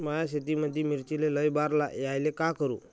माया शेतामंदी मिर्चीले लई बार यायले का करू?